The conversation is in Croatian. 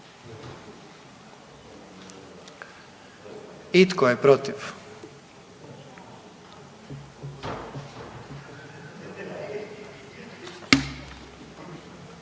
I tko je protiv?